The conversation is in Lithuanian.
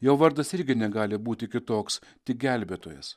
jo vardas irgi negali būti kitoks tik gelbėtojas